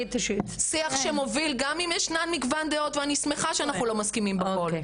שיח שמוביל גם אם ישנן מגוון דעות ואני שמחה שאנחנו לא מסכימים בכל,